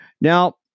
Now